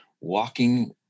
walking